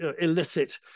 illicit